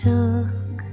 Took